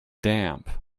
damp